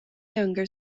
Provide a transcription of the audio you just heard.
younger